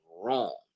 wrong